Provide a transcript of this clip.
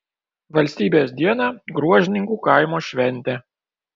valstybės dieną gruožninkų kaimo šventė